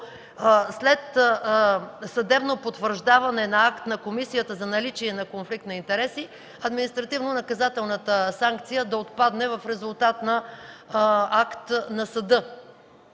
след съдебно потвърждаване на акт на Комисията за наличие на конфликт на интереси, административнонаказателната санкция отпада в резултата на акт на съда.